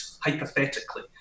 hypothetically